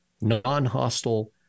non-hostile